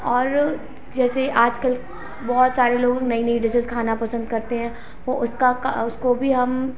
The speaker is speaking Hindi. और जैसे आजकल बहुत सारे लोग नई नई डिशेज खाना पसंद करते हैं वो उसका का उसको भी हम